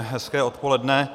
Hezké odpoledne.